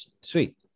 Sweet